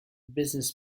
business